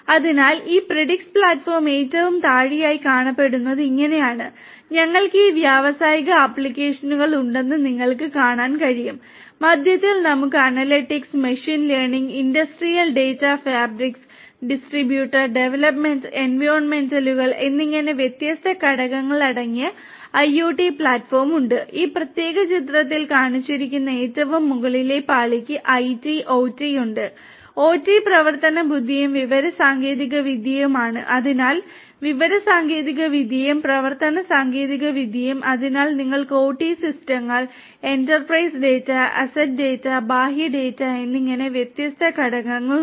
അതിനാൽ ഈ Predix platform ഏറ്റവും താഴെയായി കാണപ്പെടുന്നത് ഇങ്ങനെയാണ് ഞങ്ങൾക്ക് ഈ വ്യാവസായിക ആപ്ലിക്കേഷനുകൾ ഉണ്ടെന്ന് നിങ്ങൾക്ക് കാണാൻ കഴിയും മധ്യത്തിൽ നമുക്ക് analytics machine learning industrial data fabric distribute എന്നിങ്ങനെ വ്യത്യസ്ത ഘടകങ്ങളുണ്ട്